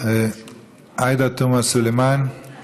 הצעת חוק העונשין (פרסום פרטיו של נפגע או מתלונן בעבירת